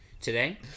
Today